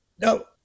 No